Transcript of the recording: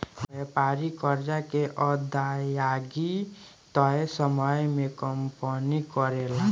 व्यापारिक कर्जा के अदायगी तय समय में कंपनी करेले